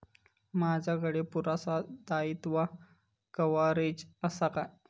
माजाकडे पुरासा दाईत्वा कव्हारेज असा काय?